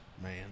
man